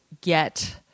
get